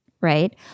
right